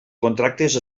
contractes